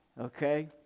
okay